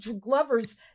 Glover's